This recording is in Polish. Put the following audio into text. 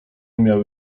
miał